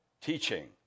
teaching